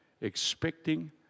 expecting